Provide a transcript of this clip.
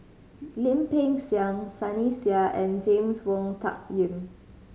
Lim Peng Siang Sunny Sia and James Wong Tuck Yim